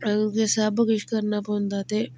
सब किश करना पौंदा ते